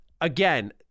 again